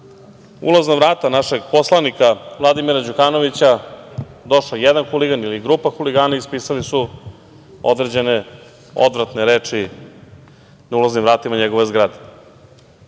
ulazna vrata našeg poslanika Vladimira Đukanovića došao jedan huligan ili grupa huligana, ispisali su određene, odvratne reči na ulaznim vratima njegove zgrade. Ko